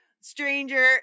stranger